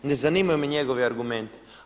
Ne zanimaju me njegovi argumenti.